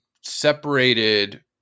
separated